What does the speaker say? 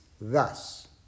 thus